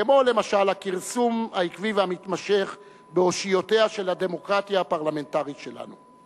כמו למשל הכרסום העקבי והמתמשך באושיותיה של הדמוקרטיה הפרלמנטרית שלנו.